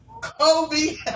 Kobe